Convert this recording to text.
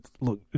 look